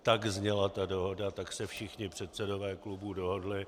Tak zněla ta dohoda, tak se všichni předsedové klubů dohodli.